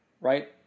right